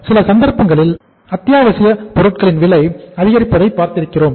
சில சந்தர்ப்பங்களில் அத்தியாவசியப் பொருட்களின் விலைகள் அதிகரிப்பதை பார்த்திருக்கிறோம்